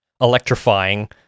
electrifying